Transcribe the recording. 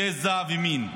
גזע ומין,